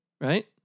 Right